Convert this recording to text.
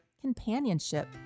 companionship